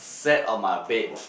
sat of my bed